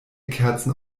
kerzen